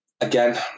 again